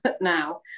now